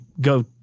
go